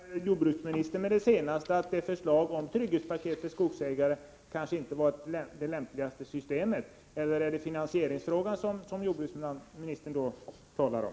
Herr talman! Menar jordbruksministern med det sista han sade att förslaget om ett trygghetspaket för skogsägare kanske inte är det lämpligaste systemet, eller är det finansieringsfrågan som jordbruksministern talar om?